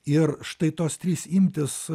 ir štai tos trys imtys